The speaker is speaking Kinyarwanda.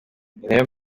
nayo